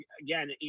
again